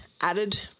added